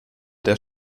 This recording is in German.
der